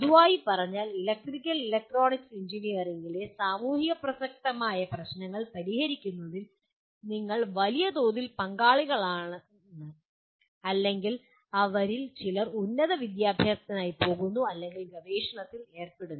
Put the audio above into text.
പൊതുവായി പറഞ്ഞാൽ electrical electronic എഞ്ചിനീയറിംഗിലെ സാമൂഹിക പ്രസക്തമായ പ്രശ്നങ്ങൾ പരിഹരിക്കുന്നതിൽ നിങ്ങൾ വലിയതോതിൽ പങ്കാളികളാണ് അല്ലെങ്കിൽ അവരിൽ ചിലർ ഉന്നത വിദ്യാഭ്യാസത്തിനായി പോകുന്നു അല്ലെങ്കിൽ ഗവേഷണത്തിൽ ഏർപ്പെടുന്നു